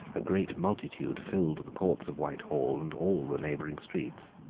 a great multitude filled the courts of whitehall and all the neighbouring streets.